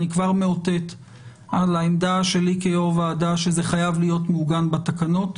אני כבר מאותת על העמדה שלי כיו"ר ועדה שזה חייב להיות מעוגן בתקנות,